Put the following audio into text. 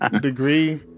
degree